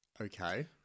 Okay